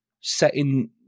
setting